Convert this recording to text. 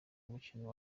umukino